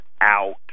out